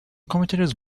commentators